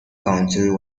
council